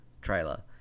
trailer